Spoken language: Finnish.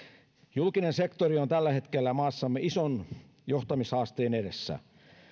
julkinen sektori on tällä hetkellä maassamme ison johtamishaasteen edessä